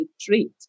treat